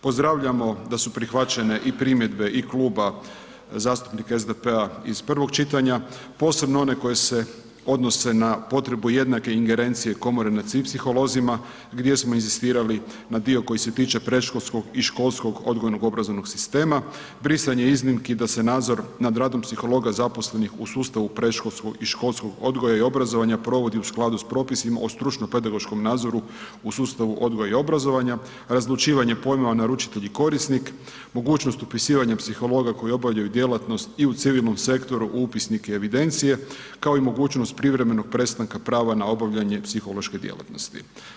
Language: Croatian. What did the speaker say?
Pozdravljamo da su prihvaćene i primjedbe i Kluba zastupnika SDP-a iz prvog čitanja, posebno one koje se odnose na potrebu jednake ingerencije komore nad svim psiholozima gdje smo inzistirali na dio koji se tiče predškolskog i školskog odgojnog obrazovnog sistema, brisanje iznimki da se nadzor nad radom psihologa zaposlenih u sustavu predškolskog i školskog odgoja i obrazovanja provodi u skladu s propisima o stručno pedagoškom nadzoru u sustavu odgoja i obrazovanja, razlučivanje pojma o naručitelj i korisnik, mogućnost upisivanja psihologa koji obavljaju djelatnost i u civilnom sektoru u upisnik i evidencije, kao i mogućnost privremenog prestanka prava na obavljanje psihološke djelatnosti.